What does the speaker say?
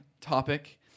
topic